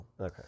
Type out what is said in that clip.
Okay